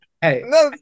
Hey